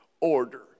order